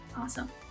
Awesome